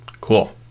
Cool